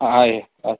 आहे अच्छा